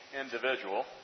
individual